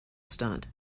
stunt